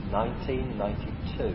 1992